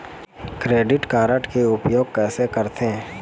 Credit card के उपयोग कैसे करथे?